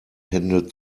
hände